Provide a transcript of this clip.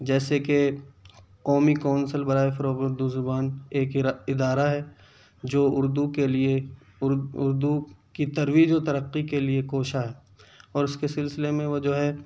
جیسے کہ قومی کونسل برائے فروغ اردو زبان ایک ادارہ ہے جو اردو کے لیے اردو کی ترویج و ترقی کے لیے کوشاں ہے اور اس کے سلسلے میں وہ جو ہے